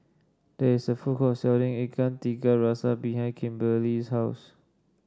there is a food court selling Ikan Tiga Rasa behind Kimberely's house